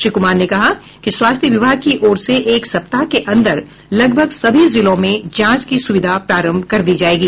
श्री कुमार ने कहा कि स्वास्थ्य विभाग की ओर से एक सप्ताह के अंदर लगभग सभी जिलों में जांच की सुविधा प्रारंभ कर दी जायेगी